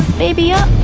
baby up.